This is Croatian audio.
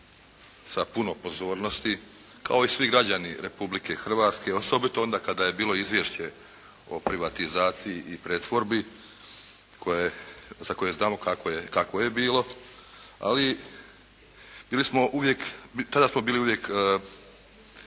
sa puno pozornosti, kao i svi građani Republike Hrvatske, osobito onda kada je bilo izvješće o privatizaciji i pretvorbi za koje znamo kakvo je bilo, ali tada smo bili uvijek